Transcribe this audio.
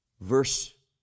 Verse